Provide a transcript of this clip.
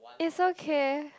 is okay